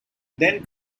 then